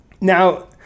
Now